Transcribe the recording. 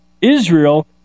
Israel